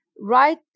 right